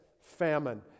famine